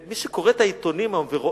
מי שקורא את העיתונים ורואה,